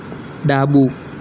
ડાબુ